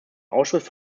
ausschuss